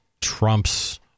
Trump's